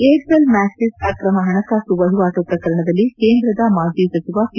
Aircel Maxis ಅಕ್ರಮ ಹಣಕಾಸು ವಹಿವಾಟು ಪ್ರಕರಣದಲ್ಲಿ ಕೇಂದ್ರದ ಮಾಜಿ ಸಚಿವ ಪಿ